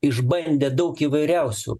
išbandė daug įvairiausių